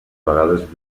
vegades